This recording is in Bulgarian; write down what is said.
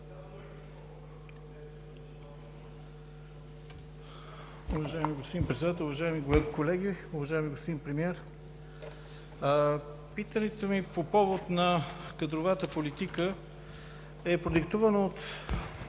Уважаеми господин Председател, уважаеми колеги! Уважаеми господин Премиер, питането ми по повод кадровата политика е продиктувано от